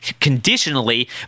conditionally